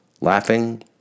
laughing